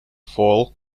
fall